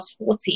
40